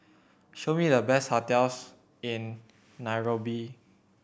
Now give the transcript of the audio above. show me the best hotels in Nairobi